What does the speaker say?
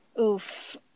Oof